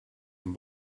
een